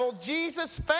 Jesus